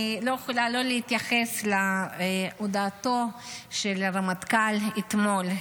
אני לא יכולה לא להתייחס להודעתו של הרמטכ"ל אתמול.